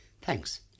Thanks